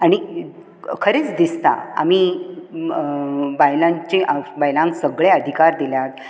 आनी खरेंच दिसता आमी बायलांचे अ बायलांक सगळे अधिकार दिल्यात